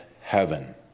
heaven